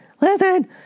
listen